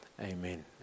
Amen